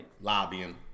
Lobbying